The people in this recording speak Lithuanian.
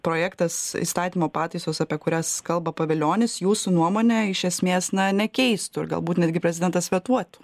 projektas įstatymo pataisos apie kurias kalba pavilionis jūsų nuomone iš esmės na nekeistų ir galbūt netgi prezidentas vetuotų